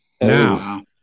Now